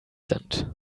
sind